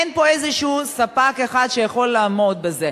אין פה איזה ספק שיכול לעמוד בזה.